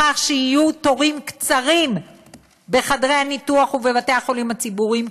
לכך שיהיו תורים קצרים בחדרי הניתוח ובבתי-החולים הציבוריים,